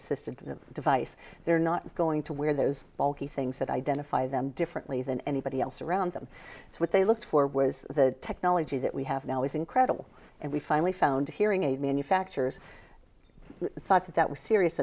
assisted device they're not going to wear those bulky things that identify them differently than anybody else around them so what they look for was the technology that we have now is incredible and we finally found a hearing aid manufacturers thought that that was serious